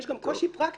יש גם קושי פרקטי,